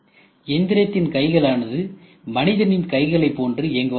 எந்திரத்தின் கைகள் ஆனது மனிதனின் கைகளை போன்று இயங்குவதாகவும்